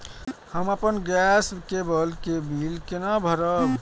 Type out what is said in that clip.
हम अपन गैस केवल के बिल केना भरब?